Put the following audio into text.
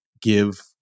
give